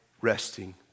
resting